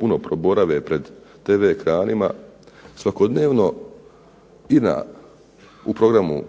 puno proborave pred tv ekranima svakodnevno i u programu